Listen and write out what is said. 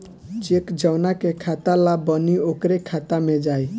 check जौना के खाता ला बनी ओकरे खाता मे जाई